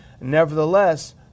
Nevertheless